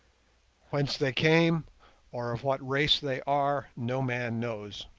whence they came or of what race they are no man knows.